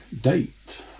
date